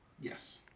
Yes